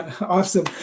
awesome